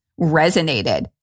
resonated